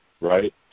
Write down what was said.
right